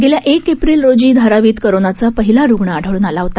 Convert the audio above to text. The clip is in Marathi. गेल्याएकएप्रिलरोजीधारावीतकोरोनाचापहिलारुग्णआढळूनआलाहोता